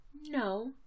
No